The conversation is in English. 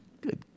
good